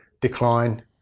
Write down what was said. decline